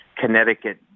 Connecticut